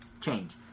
change